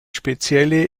spezielle